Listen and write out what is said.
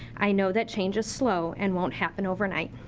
i know that change is slow and won't happen overnight.